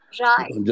Right